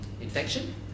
infection